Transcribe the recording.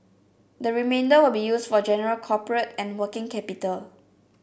the remainder will be used for general corporate and working capital